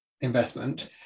investment